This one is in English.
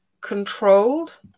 controlled